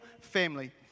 Family